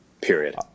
Period